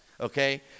okay